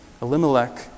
Elimelech